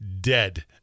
dead